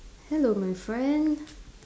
hello my friend